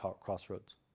crossroads